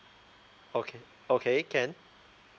okay okay can